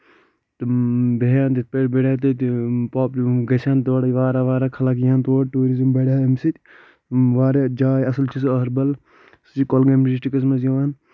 تہٕ بیہن تِتھ پٲٹھۍ بڈِہا تَتہِ گژھِہَن تور واریاہ واریاہ خلق ییٖہن تور ٹورِزٕم بڈِہا امہِ ستۍ واریاہ جاے اَصل چھےٚ سۄ اہربل سۄ چھےٚ کۄلگٲمۍ ڈسٹرکٹس منٛز یِوان